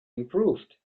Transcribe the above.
improved